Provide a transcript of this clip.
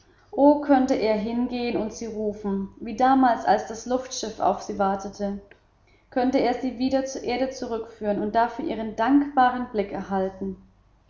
o könnte er hingehen und sie rufen wie damals als das luftschiff auf sie wartete könnte er sie wieder zur erde zurückführen und dafür ihren dankbaren blick erhalten